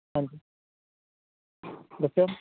ਹਾਂਜੀ ਦੱਸਿਓ